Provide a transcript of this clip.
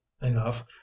enough